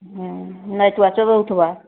ହଁ night watcher ବି ରହୁଥିବ